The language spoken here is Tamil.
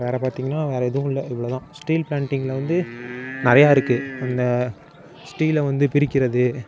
வேறு பார்த்திங்னா வேறு எதுவும் இல்லை இவ்வளோதான் ஸ்டீல் ப்ளான்ட்டிங்கில் வந்து நிறைய இருக்கு அந்த ஸ்டீலை வந்து பிரிக்கிறது